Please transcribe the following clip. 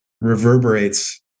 reverberates